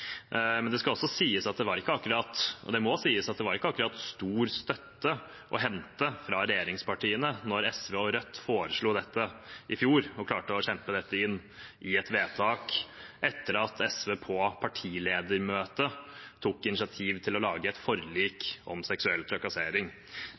men det skal og må sies at det ikke akkurat var stor støtte å hente fra regjeringspartiene da SV og Rødt foreslo dette i fjor, og klarte å kjempe det inn i et vedtak etter at SV på partiledermøte tok initiativ til å lage et forlik